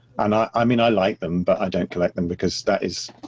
and i i mean, i like them, but i don't collect them because that is,